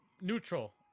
neutral